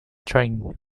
drinks